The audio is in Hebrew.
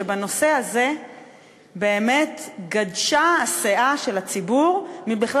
שבנושא הזה באמת נגדשה הסאה של הציבור בכלל